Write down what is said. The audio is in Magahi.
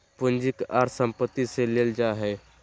पूंजी के अर्थ संपत्ति से लेल जा हइ